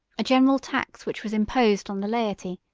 a general tax which was imposed on the laity,